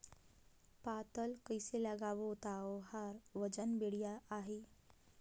पातल कइसे लगाबो ता ओहार वजन बेडिया आही?